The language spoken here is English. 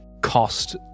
cost